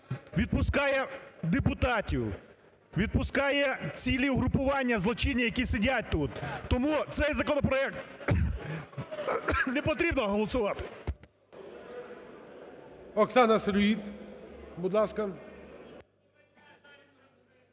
відпускає депутатів, відпускає цілі угрупування злочинні, які сидять тут. Тому цей законопроект не потрібно голосувати. ГОЛОВУЮЧИЙ. Оксана Сироїд, будь ласка.